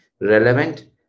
relevant